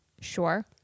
sure